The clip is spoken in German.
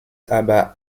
aber